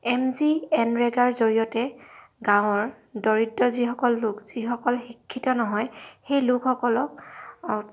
M G N ৰেগাৰ জৰিয়তে গাঁৱৰ দৰিদ্ৰ যিসকল লোক যিসকল শিক্ষিত নহয় সেই লোকসকলক